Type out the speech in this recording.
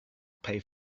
pay